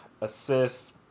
assists